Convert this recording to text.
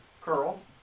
curl